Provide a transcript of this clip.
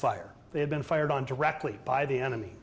fire they had been fired on directly by the enemy